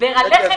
דיבר על לחם קפוא,